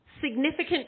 Significant